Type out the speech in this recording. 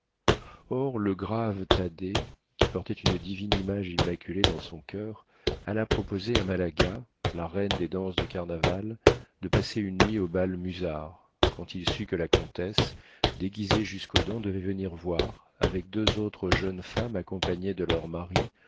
or le grave thaddée qui portait une divine image immaculée dans son coeur alla proposer à malaga la reine des danses de carnaval de passer une nuit au bal musard quand il sut que la comtesse déguisée jusqu'aux dents devait venir voir avec deux autres jeunes femmes accompagnées de leurs maris